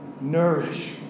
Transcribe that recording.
Nourish